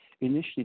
initially